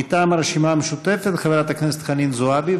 מטעם הרשימה המשותפת, חברת הכנסת חנין זועבי.